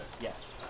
Yes